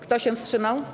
Kto się wstrzymał?